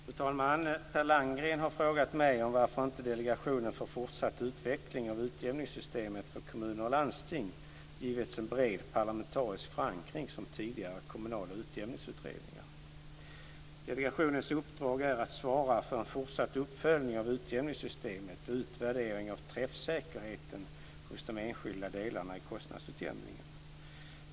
Fru talman! Per Landgren har frågat mig varför inte Delegationen för fortsatt utveckling av utjämningssystemet för kommuner och landsting givits en bred parlamentarisk förankring som tidigare kommunala utjämningsutredningar. Delegationens uppdrag är att svara för en fortsatt uppföljning av utjämningssystemet och utvärdering av träffsäkerheten hos de enskilda delarna i kostnadsutjämningen.